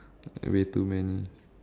way too many